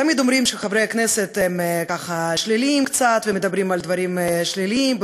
תמיד אומרים שחברי הכנסת הם ככה שליליים קצת ומדברים על דברים שליליים,